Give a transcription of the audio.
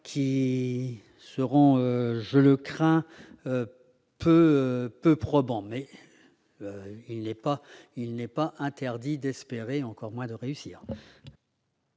résultats, je le crains, peu probants. Cela étant, il n'est pas interdit d'espérer, encore moins de réussir